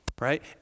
Right